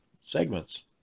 segments